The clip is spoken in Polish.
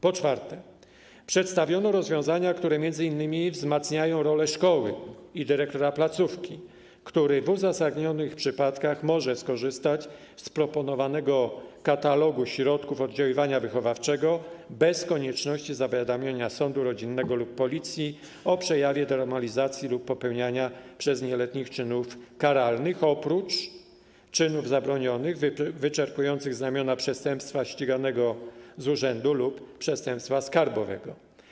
Po czwarte, przedstawiono rozwiązania, które m.in. wzmacniają rolę szkoły i dyrektora placówki, który w uzasadnionych przypadkach może skorzystać z proponowanego katalogu środków oddziaływania wychowawczego bez konieczności zawiadamiania sądu rodzinnego lub Policji o przejawie demoralizacji lub popełnieniu przez nieletnich czynów karalnych - oprócz czynów zabronionych wyczerpujących znamiona przestępstwa ściganego z urzędu lub przestępstwa skarbowego.